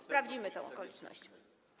Sprawdzimy tę okoliczność.